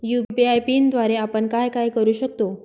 UPI पिनद्वारे आपण काय काय करु शकतो?